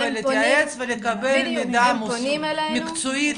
להתייעץ ולקבל מידע מקצועי,